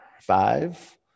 Five